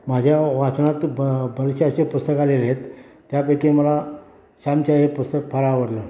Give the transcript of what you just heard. माझ्या वाचनात ब बरेचसे असे पुस्तक आलेले आहेत त्यापैकी मला श्यामची आई हे पुस्तक फार आवडलं